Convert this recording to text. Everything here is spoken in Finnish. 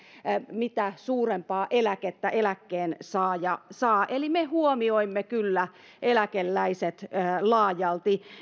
mitä suurempaa eläkettä eläkkeensaaja saa eli me huomioimme kyllä eläkeläiset laajalti